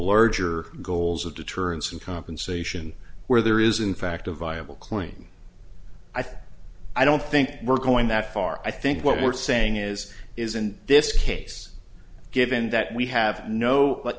larger goals of deterrence and compensation where there is in fact a viable claim i think i don't think we're going that far i think what we're saying is is in this case given that we have kno